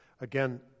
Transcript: Again